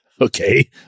okay